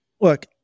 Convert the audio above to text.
look